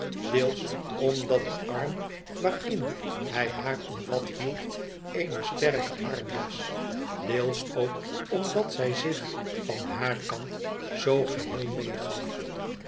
deels omdat de arm waarin hij haar omvat hield eene sterke arm was deels ook omdat zij zich van haar kant zoo geheel meegaf